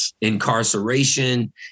incarceration